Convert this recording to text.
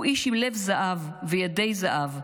הוא איש עם לב זהב וידי זהב,